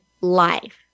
life